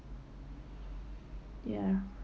ya